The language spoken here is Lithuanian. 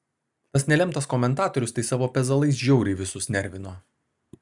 tas nelemtas komentatorius tai savo pezalais žiauriai visus nervino